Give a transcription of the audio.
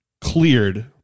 cleared